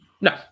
No